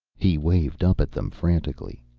he waved up at them frantically.